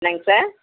என்னங்க சார்